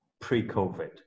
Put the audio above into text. pre-COVID